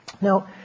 Now